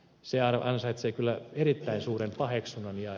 se ansaitsee kyllä erittäin suuren paheksunnan